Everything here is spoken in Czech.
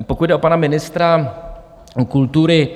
Pokud jde o pana ministra kultury.